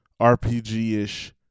RPG-ish